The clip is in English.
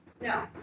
No